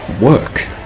work